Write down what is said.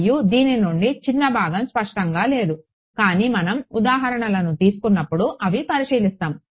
మరియు దీని నుండి చిన్న భాగం స్పష్టంగా లేదు కానీ మనం ఉదాహరణలను తీసుకున్నప్పుడు అవి పరిశీలిస్తాము